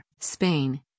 Spain